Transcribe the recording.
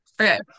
Okay